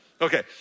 Okay